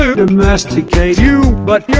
so to domesticate you, but